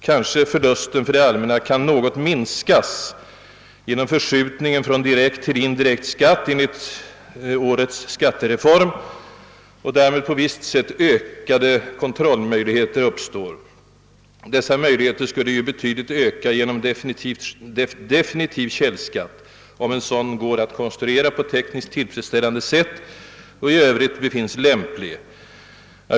Kanske kan förlusten för det allmänna något minskas genom förskjutningen från direkt till indirekt skatt enligt årets skattereform, något som innebär vissa möjligheter till ökad kontroll. Dessa skulle ju öka betydligt genom definitiv källskatt, om en sådan kan konstrueras på ett tekniskt tillfredsställande sätt och i övrigt befinnes lämplig.